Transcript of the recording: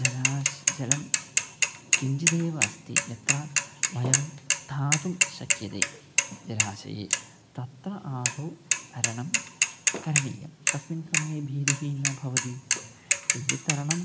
जलाशये जलं किञ्चिदेव अस्ति यत्र वयं स्थातुं शक्यते जलाशये तत्र आदौ तरणं करणीयं तस्मिन् समये भीतिः न भवति किञ्चित् तरणं